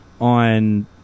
on